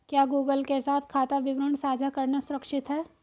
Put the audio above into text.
क्या गूगल के साथ खाता विवरण साझा करना सुरक्षित है?